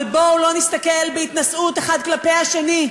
אבל בואו לא נסתכל בהתנשאות האחד כלפי השני,